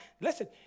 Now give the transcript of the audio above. Listen